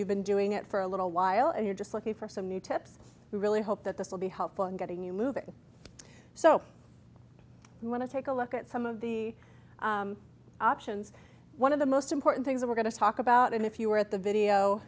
you've been doing it for a little while and you're just looking for some new tips we really hope that this will be helpful in getting you moving so you want to take a look at some of the options one of the most important things we're going to talk about and if you are at the video